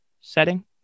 setting